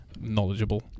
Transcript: knowledgeable